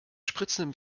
spritzendem